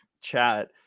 chat